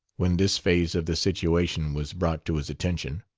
when this phase of the situation was brought to his attention.